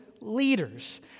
leaders